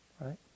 right